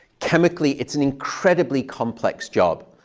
chemically, it's an incredibly complex job.